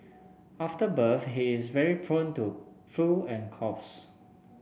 after birth he is very prone to flu and coughs